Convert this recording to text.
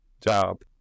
Job